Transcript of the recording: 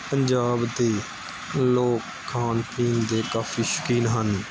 ਪੰਜਾਬ ਦੇ ਲੋਕ ਖਾਣ ਪੀਣ ਦੇ ਕਾਫੀ ਸ਼ੌਕੀਨ ਹਨ